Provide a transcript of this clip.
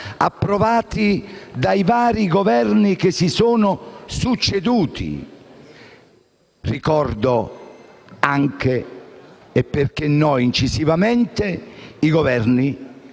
approvati dai vari Governi che si sono succeduti. Ricordo anche - e perché no? - incisivamente i Governi